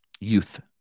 Youth